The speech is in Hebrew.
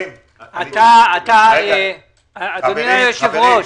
אדוני היושב-ראש,